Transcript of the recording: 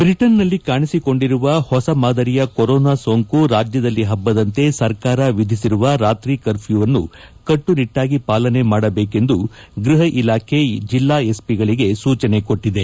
ಬ್ರಿಟನ್ನಲ್ಲಿ ಕಾಣಿಸಿಕೊಂಡಿರುವ ಹೊಸ ಮಾದರಿಯ ಕೊರೊನಾ ಸೋಂಕು ರಾಜ್ಯದಲ್ಲಿ ಹಬ್ಬದಂತೆ ಸರ್ಕಾರ ವಿಧಿಸಿರುವ ರಾತ್ರಿ ಕಪ್ರೂ ್ಕವನ್ನು ಕಟ್ಟನಿಟ್ಟಾಗಿ ಪಾಲನೆ ಮಾಡಬೇಕೆಂದು ಗೃಹ ಇಲಾಖೆ ಜಿಲ್ಲಾ ಎಸ್ವಿಗಳಿಗೆ ಸೂಚನೆ ಕೊಟ್ಟಿದೆ